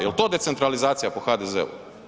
Jel to decentralizacija po HDZ-u?